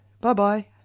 Bye-bye